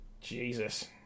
Jesus